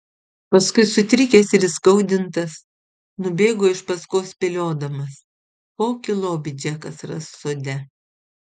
paskui sutrikęs ir įskaudintas nubėgo iš paskos spėliodamas kokį lobį džekas ras sode